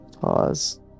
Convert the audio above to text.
Pause